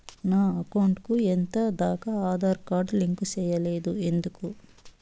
నా అకౌంట్ కు ఎంత దాకా ఆధార్ కార్డు లింకు సేయలేదు ఎందుకు